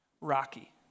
Rocky